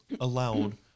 allowed